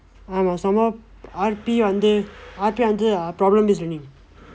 ஆமாம்:aamaam somehow R_P வந்து:vandthu R_P வந்து:vandthu ah problem based learning